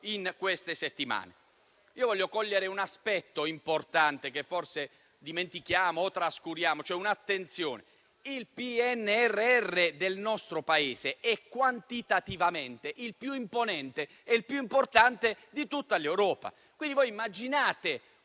nelle settimane trascorse. Voglio cogliere un aspetto importante che forse dimentichiamo o trascuriamo. Il PNRR del nostro Paese è quantitativamente il più imponente e il più importante di tutta l'Europa. Immaginate